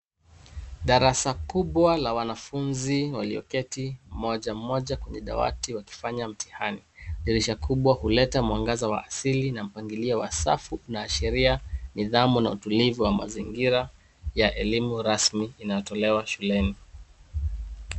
Darasa kubwa la wanafunzi walioketi mmoja mmoja kwenye dawati wakifanya mtihani. Dirisha kubwa huleta mwangaza wa asili na mpangilio wa safu unaashiria nidhamu na utulivu wa mazingira ya elimu rasmi inayotolewa shuleni.